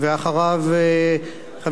חבר הכנסת ישראל אייכלר,